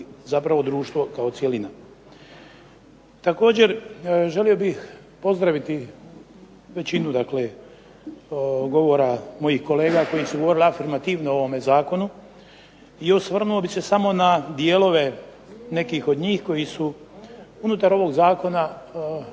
zapravo društvo kao cjelina. Također želio bih pozdraviti većinu dakle govora mojih kolega koji su govorili afirmativno o ovome zakonu, i osvrnuo bih se samo na dijelove nekih od njih koji su unutar ovog zakona zapravo